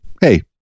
hey